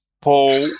Paul